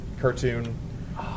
cartoon